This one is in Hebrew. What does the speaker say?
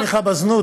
לא לתמיכה בזנות,